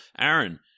Aaron